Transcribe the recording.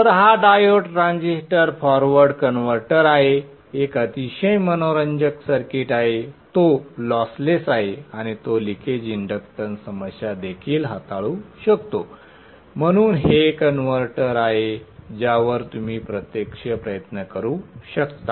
तर हा diode transistor forward converter आहे एक अतिशय मनोरंजक सर्किट आहे तो लॉसलेस आहे आणि तो लिकेज इंडक्टन्स समस्या देखील हाताळू शकतो म्हणून हे कन्व्हर्टर आहे ज्यावर तुम्ही प्रत्यक्ष प्रयत्न करू शकता